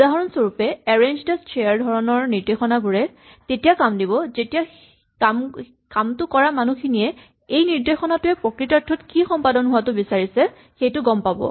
উদাহৰণস্বৰূপে arrange the chair ধৰণৰ নিৰ্দেশনাবোৰে তেতিয়া কাম দিব যেতিয়া কামটো কৰা মানুহখিনিয়ে সেই নিৰ্দেশনাটোৱে প্ৰকৃতাৰ্থত কি সম্পাদন হোৱাটো বিচাৰিছে সেইটো গম পাব